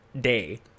day